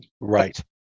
right